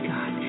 God